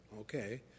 Okay